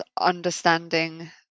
understanding